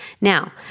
Now